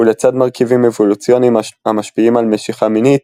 ולצד מרכיבים אבולוציוניים המשפיעים על משיכה מינית,